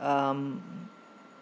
um